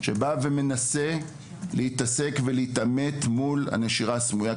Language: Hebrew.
שבא ומנסה להתעמק בנושא ולהתעמת עם הנשירה הסמויה,